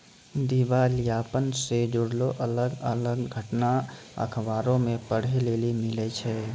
दिबालियापन से जुड़लो अलग अलग घटना अखबारो मे पढ़ै लेली मिलै छै